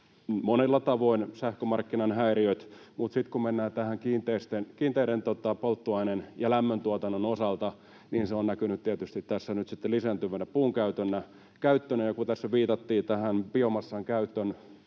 monella tavoin: sähkömarkkinoiden häiriöinä, mutta sitten kun mennään kiinteisiin polttoaineisiin ja lämmöntuotantoon, niin se on näkynyt tietysti tässä nyt lisääntyvänä puunkäyttönä. Ja kun tässä viitattiin biomassan käyttöön